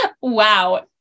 wow